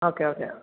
okay okay